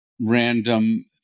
random